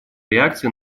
реакции